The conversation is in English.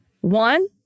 One